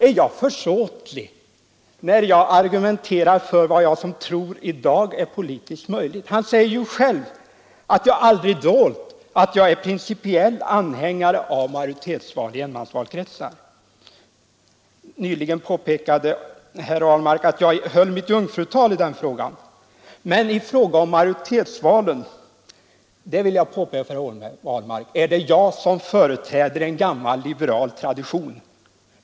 Är jag försåtlig när jag argumenterar för vad jag tror är politiskt möjligt i dag! Han säger själv att jag aldrig dolt att jag är principiell anhängare av majoritetsval i enmansvalkretsar. Nyligen påpekade herr Ahlmark att jag höll mitt jungfrutal i den frågan. Men i fråga om majoritetsvalen det vill jag framhålla för herr Ahlmark är det jag som företräder en gammal liberal tradition.